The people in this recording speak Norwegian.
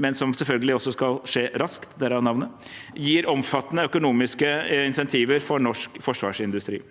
men som selvfølgelig også skal skje raskt, derav navnet – og gir omfattende økonomiske insentiver for norsk forsvarsindustri.